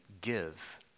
give